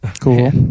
Cool